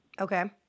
Okay